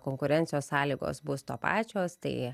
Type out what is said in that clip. konkurencijos sąlygos bus to pačios tai